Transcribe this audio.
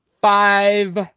five